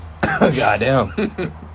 Goddamn